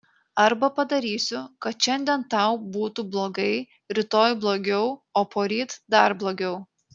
arba padarysiu kad šiandien tau būtų blogai rytoj blogiau o poryt dar blogiau